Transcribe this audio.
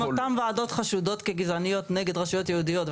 אם אותן ועדות חשודות כגזעניות נגד רשויות יהודיות,